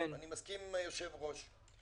אני מסכים עם היושב-ראש.